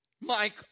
Mike